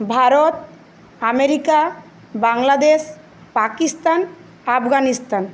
Bharat America Bangladesh Pakistan Afghanistan